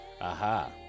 Aha